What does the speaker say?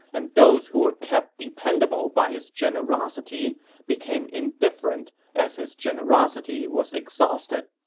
and those who were kept dependable by his generosity became indifferent as his generosity was exhausted.